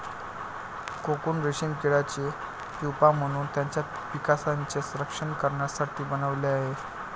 cocoon रेशीम किड्याने pupa म्हणून त्याच्या विकासाचे रक्षण करण्यासाठी बनवले आहे